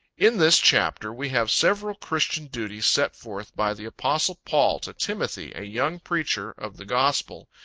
in this chapter, we have several christian duties set forth by the apostle paul, to timothy, a young preacher of the gospel,